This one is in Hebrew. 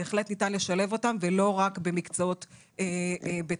בהחלט ניתן לשלב אותם ולא רק במקצועות בתחתית